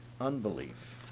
unbelief